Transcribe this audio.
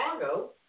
Chicago